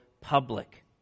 public